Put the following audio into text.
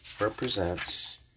represents